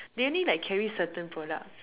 they only like carry certain products